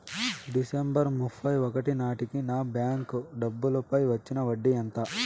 December ముప్పై ఒకటి నాటేకి నా బ్యాంకు డబ్బుల పై వచ్చిన వడ్డీ ఎంత?